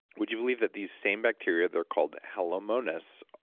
would you believe that these same bacteria, they're called halomonas,